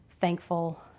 thankful